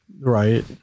Right